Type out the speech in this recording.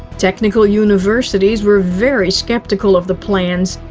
technical universities were very skeptical of the plans,